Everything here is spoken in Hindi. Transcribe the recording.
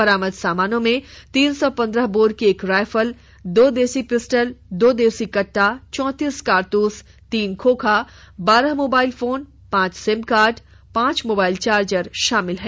बरामद सामान में तीन सौ पंद्रह बोर की एक राइफल दो देशी पिस्टल दो देशी कट्टा चौंतीस कारतूस तीन खोखा बारह मोबाइल फोन पांच सिम कार्ड पांच मोबाईल चार्जर आदि शामिल हैं